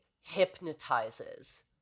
hypnotizes